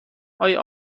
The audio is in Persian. آیا